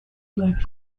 black